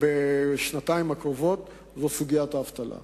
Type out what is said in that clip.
בשנתיים הקרובות הוא האבטלה.